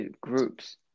groups